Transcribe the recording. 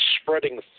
spreading